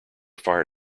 fire